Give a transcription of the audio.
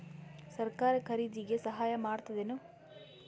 ಸರಕಾರ ಖರೀದಿಗೆ ಸಹಾಯ ಮಾಡ್ತದೇನು?